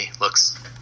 looks